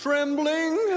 Trembling